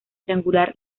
triangular